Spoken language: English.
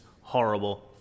horrible